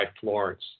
Florence